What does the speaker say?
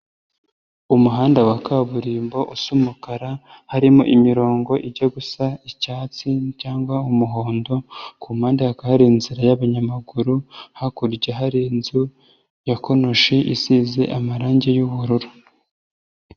Umuhanda wa kaburimbo usa umukara harimo imirongo ijya gusa icyatsi cyangwa umuhondo, ku mpande hakaba hari inzira y'abanyamaguru hakurya hari inzu ya konoshi isize amarange y'ubururu.